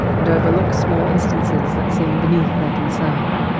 and overlook small instances that seem beneath their concern.